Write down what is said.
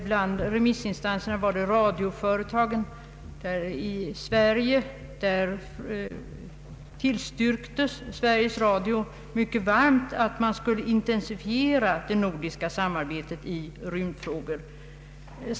Bland remissinstanserna tillstyrkte Sveriges Radio mycket varmt ett intensifierat nordiskt samarbete i rymdfrågor.